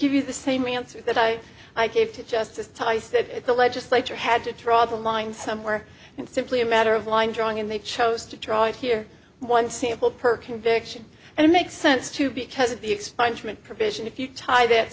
give you the same mansour that i gave to justice tice that the legislature had to draw the line somewhere in simply a matter of line drawing and they chose to try it here one sample per conviction and it makes sense too because of the expungement provision if you tie that